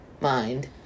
mind